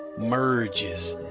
merges,